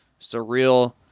surreal